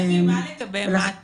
הם עוד צריכים